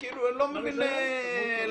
אני לא מבין למה.